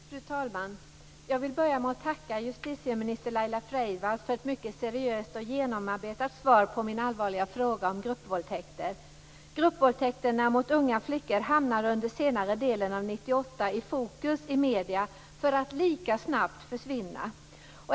Fru talman! Jag vill börja med att tacka justitieminister Laila Freivalds för ett mycket seriöst och genomarbetat svar på min allvarliga fråga om gruppvåldtäkter. Gruppvåldtäkterna mot unga flickor hamnade under senare delen av 1998 i fokus i medierna för att lika snabbt försvinna.